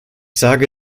sage